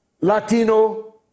Latino